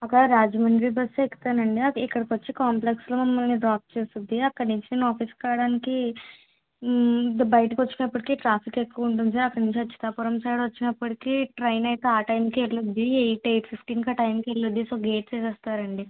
అక్కడ రాజమండ్రి బస్ ఎక్కుతానండి అది ఇక్కడికి వచ్చి కాంప్లెక్స్లో మమ్మల్ని డ్రాప్ చేస్తుంది అక్కడ నుంచి నేను ఆఫీస్కి రావడానికి బయటికి వచ్చేటప్పటికి ట్రాఫిక్ ఎక్కవ ఉంటుంది సార్ అక్కడ నుంచి అచ్చుతాపురం సైడ్ వచ్చినప్పటికి ట్రైన్ అయితే ఆ టైమ్కే వెళ్తుంది ఎయిట్ ఎయిట్ ఫిఫ్టీన్కి ఆ టైమ్కి వెళ్తుంది సో గేట్స్ వేసేస్తారండి